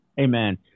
Amen